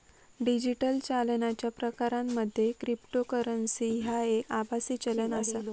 digital चालनाच्या प्रकारांमध्ये cryptocurrency ह्या एक आभासी चलन आसा